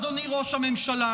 אדוני ראש הממשלה,